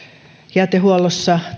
jätehuollossa